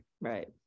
Right